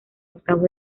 octavos